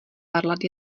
varlat